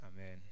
Amen